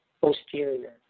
posterior